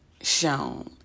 shown